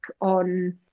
on